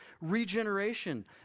Regeneration